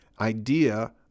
idea